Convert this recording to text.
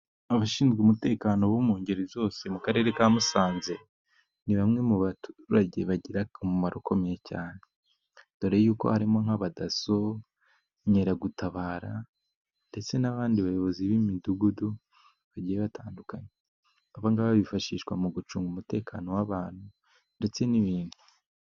Abashinzwe umutekano bo mu ngeri zose mu karere ka Musanze, ni bamwe mu baturage bagira akama umumaro ukomeye cyane doreko harimo nk'abadaso, inkeragutabara ndetse n'abandi bayobozi b'imidugudu, bagiye batandukanye, aba ngaba bifashishwa mu gucunga umutekano w'abantu ndetse n'ibintu.